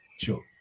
Sure